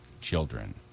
children